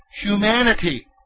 Humanity